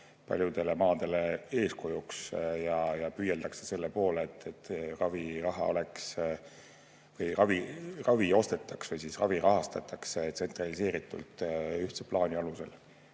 paljudele maadele eeskujuks ja püüeldakse selle poole, et ravi ostetaks või ravi rahastataks tsentraliseeritult, ühtse plaani alusel.